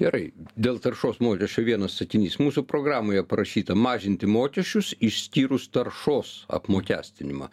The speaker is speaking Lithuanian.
gerai dėl taršos mokesčio vienas sakinys mūsų programoje parašyta mažinti mokesčius išskyrus taršos apmokestinimą